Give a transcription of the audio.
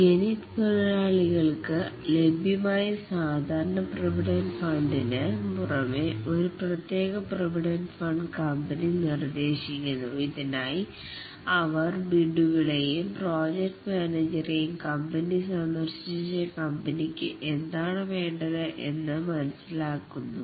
ഖനി തൊഴിലാളികൾക്ക് ലഭ്യമായ സാധാരണ പ്രോവിഡൻറ് ഫണ്ടിന് പുറമേ ഒരു പ്രത്യേക പ്രോവിഡൻറ് ഫണ്ട് കമ്പനി നിർദ്ദേശിക്കുന്നു ഇതിനായി അവർ ബിഡ്ഡുകളെയും പ്രൊജക്റ്റ് മാനേജരെയും കമ്പനി സന്ദർശിച്ച് കമ്പനിക്ക് എന്താണ് വേണ്ടത് എന്ന് മനസ്സിലാക്കുന്നു